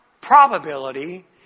probability